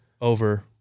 over